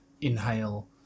inhale